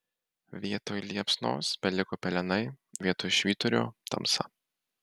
vietoj liepsnos beliko pelenai vietoj švyturio tamsa